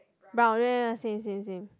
brown ya ya same same same